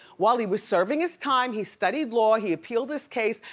while he was serving his time, he studied law, he appealed his case,